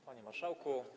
Panie Marszałku!